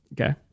Okay